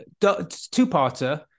two-parter